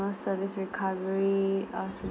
service recovery or